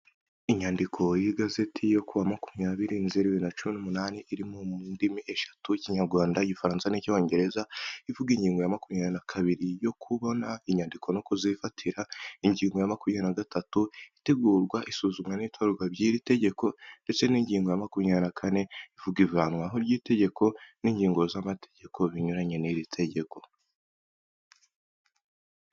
Inyandiko y'igazeti yo ku wa makumyabiri Nzeri bibiri na cumi n'umunani iri mu ndimi eshatu Ikinyarwanda, Igifaransa n'Icyongereza, ivuga ingingo ya makumyabiri na kabiri yo kubona inyandiko no kuzifatira, ingingo ya makumyabiri na gatatu itegurwa, isuzumwa n'itorwa by'iri tegeko ndetse n'ingingo ya makumyabiri na kane ivuga ivanwaho ry'itegeko n'ingingo z'amategeko binyuranye n'iri tegeko.